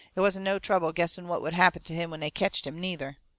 it wasn't no trouble guessing what would happen to him when they ketched him, neither.